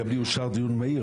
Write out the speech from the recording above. גם לי היה מאושר דיון מהיר,